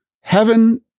heaven